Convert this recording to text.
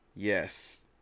Yes